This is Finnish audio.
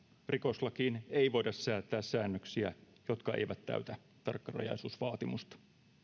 rikoslakiin ei voida säätää säännöksiä jotka eivät täytä tarkkarajaisuusvaatimusta